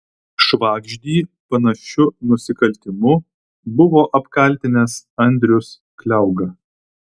švagždį panašiu nusikaltimu buvo apkaltinęs andrius kliauga